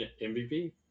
MVP